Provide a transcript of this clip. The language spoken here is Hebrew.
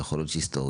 יכול להיות שהיסטורית.